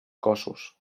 cossos